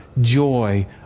joy